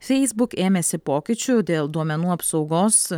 facebook ėmėsi pokyčių dėl duomenų apsaugos